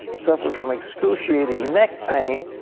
suffered from excruciating neck pain.